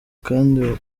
kandi